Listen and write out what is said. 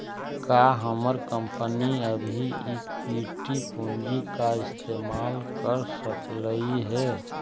का हमर कंपनी अभी इक्विटी पूंजी का इस्तेमाल कर सकलई हे